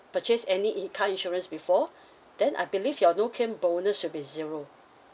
purchase any in~ car insurance before then I believe your no claim bonus should be zero